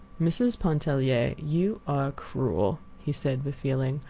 mrs. pontellier, you are cruel, he said, with feeling,